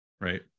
right